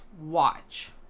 watch